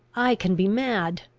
i can be mad,